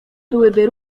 byłyby